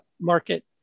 market